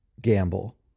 gamble